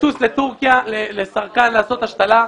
לטוס לטורקיה לעשות השתלה.